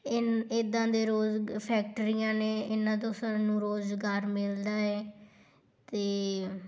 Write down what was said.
ਇਨ ਇੱਦਾਂ ਦੇ ਰੋਜ਼ ਫੈਕਟਰੀਆਂ ਨੇ ਇਹਨਾਂ ਤੋਂ ਸਾਨੂੰ ਰੋਜ਼ਗਾਰ ਮਿਲਦਾ ਹੈ ਅਤੇ